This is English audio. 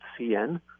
CN